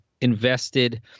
invested